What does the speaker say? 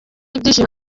ibyishimo